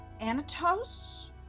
Anatos